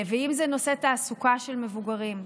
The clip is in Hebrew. נושא התעסוקה של מבוגרים,